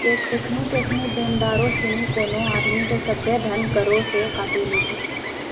केखनु केखनु देनदारो सिनी कोनो आदमी के सभ्भे धन करो से काटी लै छै